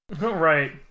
Right